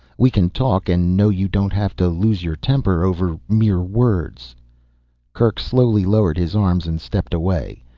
we can talk and know you don't have to lose your temper over mere words kerk slowly lowered his arms and stepped away.